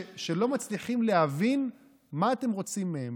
שלא מצליחים להבין מה אתם רוצים מהם.